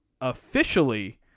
officially